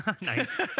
Nice